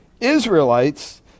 Israelites